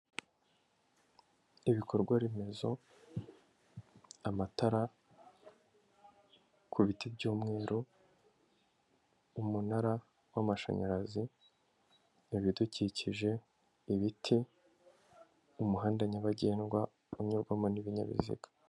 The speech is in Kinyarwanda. Ibikorwa remezo, amatara ku biti by'umweru, umunara w'amashanyarazi, ibidukikije, ibiti, umuhanda nyabagendwa unyurwamo n'ibinyabiziga.